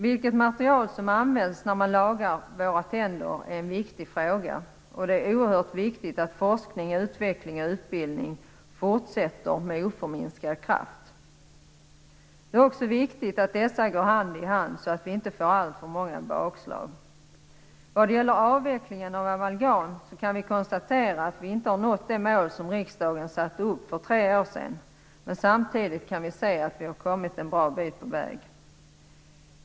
Vilket material som används när våra tänder lagas är en viktig fråga. Det är oerhört viktigt att forskning, utveckling och utbildning fortsätter med oförminskad kraft. Det är också viktigt att dessa går hand i hand så att vi inte får alltför många bakslag. Vad gäller avvecklingen av amalgam kan vi konstatera att vi inte har nått det mål som riksdagen satte upp för tre år sedan, men samtidigt kan vi se att vi kommit en bra bit på väg.